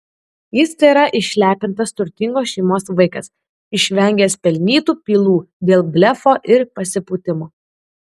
jis tėra išlepintas turtingos šeimos vaikas išvengęs pelnytų pylų dėl blefo ir pasipūtimo